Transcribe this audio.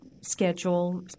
schedule